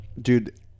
Dude